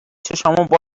چشامو